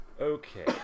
Okay